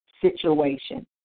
situation